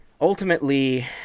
ultimately